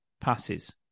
passes